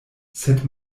sed